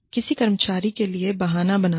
किसी कर्मचारी के लिए बहाना बनाना